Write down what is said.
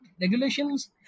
regulations